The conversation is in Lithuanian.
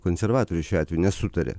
konservatoriai šiuo atveju nesutaria